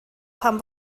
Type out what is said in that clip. pam